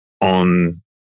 on